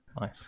nice